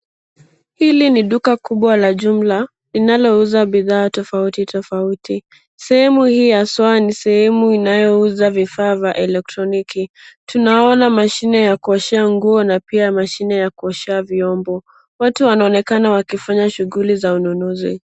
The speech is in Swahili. Hili ni duka kubwa la jumla linalouza bidhaa tofauti tofauti, sehemu hii haswa ni sehemu inayouza vifaa vya elecktroniki. Tunaona mashine ya kuoshea nguo na pia mashine ya kuoshea vyombo, watu wanaonekana wakifanya shughuli za ununuzi.